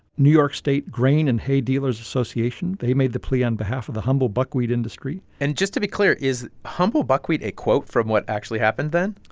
new york state grain and hay dealers' association they made the plea on behalf of the humble buckwheat industry and just to be clear, is humble buckwheat a quote from what actually happened then?